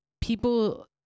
people